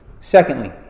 Secondly